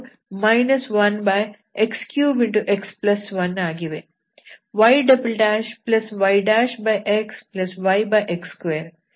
y"yxyx2 ಇದರಲ್ಲಿ ನನ್ನ p U 1x ಹಾಗೂ q 1x2 ಆಗಿವೆ